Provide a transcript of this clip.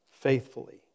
faithfully